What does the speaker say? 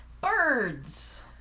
birds